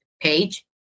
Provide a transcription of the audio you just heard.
page